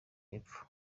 y’epfo